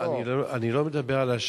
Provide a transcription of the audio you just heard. אני לא מדבר על השבת,